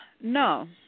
no